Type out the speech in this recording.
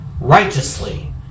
righteously